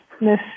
Miss